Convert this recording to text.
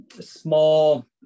small